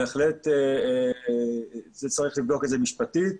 בהחלט צריך לבדוק את זה משפטית,